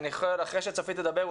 אחרי שצופית תדבר,